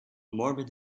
morbid